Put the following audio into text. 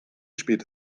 spät